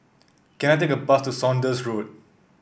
can I take a bus to Saunders Road